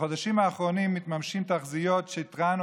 בחודשים האחרונים מתממשות תחזיות שהתרענו